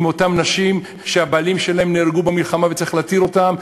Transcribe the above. עם אותן נשים שהבעלים שלהן נהרגו במלחמה וצריך להתיר אותן,